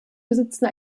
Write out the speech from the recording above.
besitzen